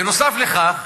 בנוסף לכך,